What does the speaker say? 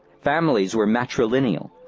families were matrilineal.